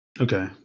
Okay